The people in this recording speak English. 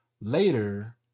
later